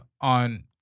on